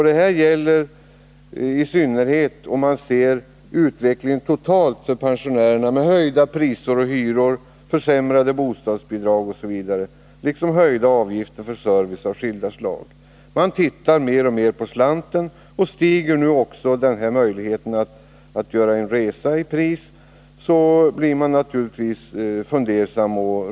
I synnerhet gäller detta om man ser utvecklingen totalt för pensionärerna, med höjda priser och hyror, försämrade bostadsbidrag osv. liksom höjda avgifter för service av skilda slag. Man tittar mer och mer på slantarna. Stiger nu också biljettpriserna, så blir man naturligtvis fundersam.